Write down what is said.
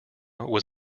was